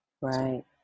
Right